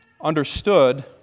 understood